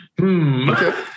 Okay